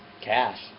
cash